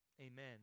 amen